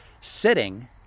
sitting